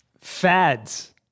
Fads